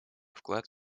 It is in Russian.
вклад